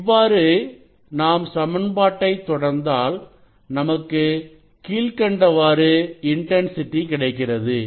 இவ்வாறு நாம் சமன்பாட்டை தொடர்ந்தாள் நமக்கு கீழ்க்கண்டவாறு இன்டன்சிட்டி கிடைக்கிறது